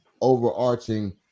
overarching